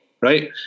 right